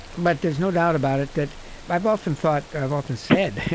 but there's no doubt about it that i've often thought i've often said,